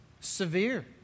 Severe